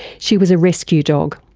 she was a rescue dog.